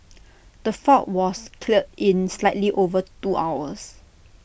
the fault was cleared in slightly over two hours